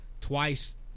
Twice